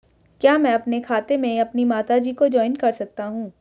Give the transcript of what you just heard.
क्या मैं अपने खाते में अपनी माता जी को जॉइंट कर सकता हूँ?